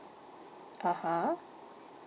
(uh huh)